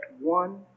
one